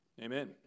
Amen